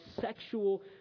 sexual